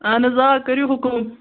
اہن حظ آ کٔرِو حُکُم